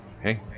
hey